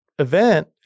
Event